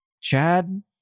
Chad